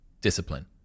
discipline